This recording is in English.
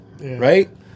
right